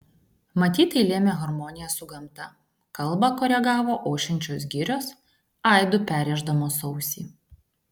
matyt tai lėmė harmonija su gamta kalbą koregavo ošiančios girios aidu perrėždamos ausį